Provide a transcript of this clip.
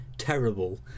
terrible